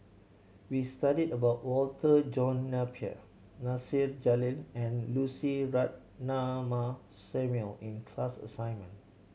we studied about Walter John Napier Nasir Jalil and Lucy Ratnammah Samuel in class assignment